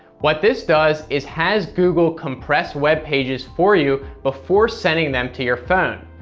what this does, is has google compress webpages for you before sending them to your phone.